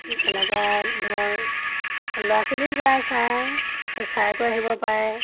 এনেকুৱা ধৰ ল'ৰা ছোৱালীও যায় চাই চাইকৈ আহিব পাৰে